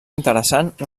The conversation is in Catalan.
interessant